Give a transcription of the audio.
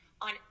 on